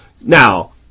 Now